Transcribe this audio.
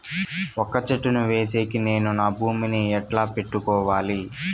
వక్క చెట్టును వేసేకి నేను నా భూమి ని ఎట్లా పెట్టుకోవాలి?